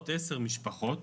10 משפחות